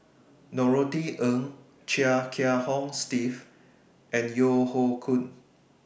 Norothy Ng Chia Kiah Hong Steve and Yeo Hoe Koon